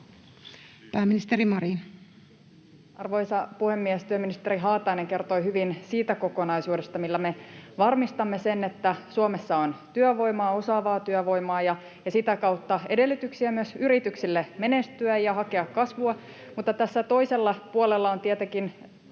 Pääministeri Marin. Arvoisa puhemies! Työministeri Haatainen kertoi hyvin siitä kokonaisuudesta, millä me varmistamme sen, että Suomessa on työvoimaa, osaavaa työvoimaa, ja sitä kautta edellytyksiä myös yrityksille menestyä ja hakea kasvua. Mutta tässä toisella puolella ovat tietenkin